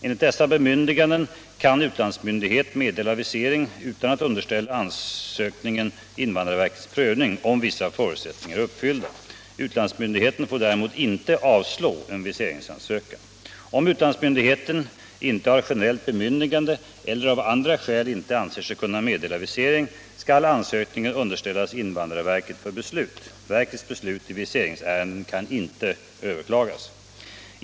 Enligt dessa bemyndiganden kan utlandsmyndighet meddela visering utan att underställa ansökningen invandrarverkets prövning, om vissa förutsättningar är uppfyllda. Utlandsmyndigheten får däremot inte avslå en viseringsansökan. Om utlandsmyndigheten inte har generellt bemyndigande eller av andra skäl inte anser sig kunna meddela visering, skall ansökningen underställas invandrarverket för beslut. Verkets beslut i viseringsärende kan inte överklagas.